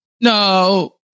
no